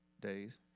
days